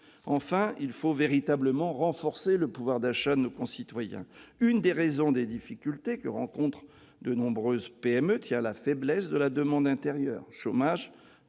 Enfin, il faut renforcer le pouvoir d'achat de nos concitoyens. Une des raisons des difficultés que rencontrent de nombreuses PME est la faiblesse de la demande intérieure : chômage,